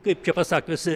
kaip čia pasakius